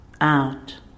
out